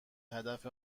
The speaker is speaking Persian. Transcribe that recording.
هدف